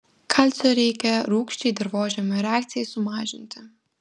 kalcio reikia rūgščiai dirvožemio reakcijai sumažinti